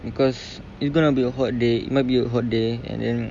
because it's gonna be a hot day might be a hot day and then